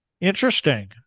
Interesting